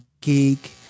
geek